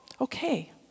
Okay